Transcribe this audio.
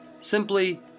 simply